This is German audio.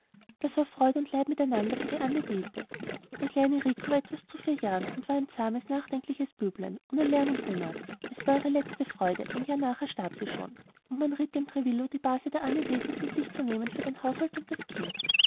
das war freud und leid miteinander für die anne dete der kleine rico war etwas zu vier jahren und war ein zahmes nachdenkliches büblein ohne lärm und unart es war ihre letzte freude ein jahr nachher starb sie schon und man riet dem trevillo die base der anne dete zu sich zu nehmen für den haushalt und das kind